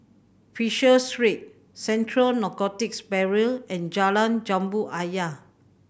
Fisher Street Central Narcotics Bureau and Jalan Jambu Ayer